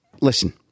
listen